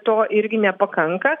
to irgi nepakanka